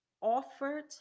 offered